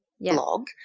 blog